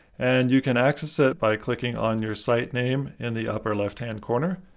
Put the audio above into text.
and you can access it by clicking on your site name in the upper left-hand corner.